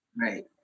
right